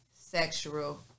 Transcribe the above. sexual